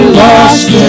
lost